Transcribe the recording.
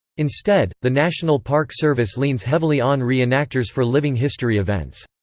instead, the national park service leans heavily on re-enactors for living history events.